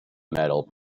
medal